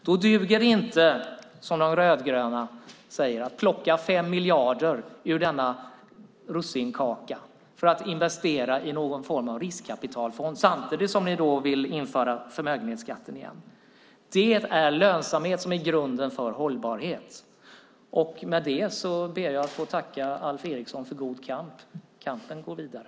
Då duger det inte, som de rödgröna säger, att plocka 5 miljarder ur denna russinkaka för att investera i någon form av riskkapitalfond. Samtidigt vill De rödgröna införa förmögenhetsskatten igen. Det är lönsamhet som är grunden för hållbarhet. Därmed ber jag att få tacka Alf Eriksson för god kamp. Kampen går vidare.